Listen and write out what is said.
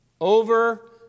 Over